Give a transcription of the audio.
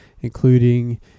including